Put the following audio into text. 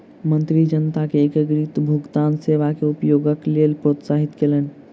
मंत्री जनता के एकीकृत भुगतान सेवा के उपयोगक लेल प्रोत्साहित कयलैन